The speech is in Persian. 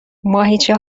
ماهیچه